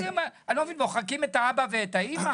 אני לא מבין, מוחקים "אבא" ו"אימא"?